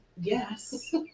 Yes